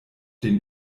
den